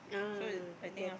ah left